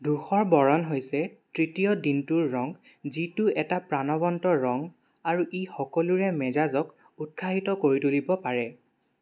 ধূসৰ বৰণ হৈছে তৃতীয় দিনটোৰ ৰং যিটো এটা প্ৰাণৱন্ত ৰং আৰু ই সকলোৰে মেজাজক উৎসাহিত কৰি তুলিব পাৰে